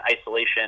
isolation